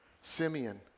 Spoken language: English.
Simeon